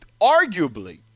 arguably